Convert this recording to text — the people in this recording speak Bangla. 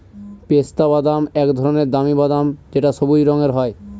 পেস্তা বাদাম এক ধরনের দামি বাদাম যেটা সবুজ রঙের হয়